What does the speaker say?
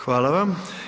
Hvala vam.